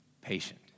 patient